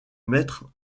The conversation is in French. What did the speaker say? mettre